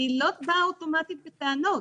אני לא באה אוטומטית בטענות,